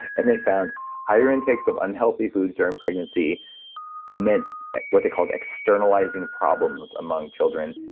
and they found higher intakes of unhealthy foods during pregnancy meant what they called externalizing problems among children,